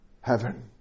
heaven